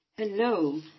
Hello